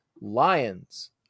Lions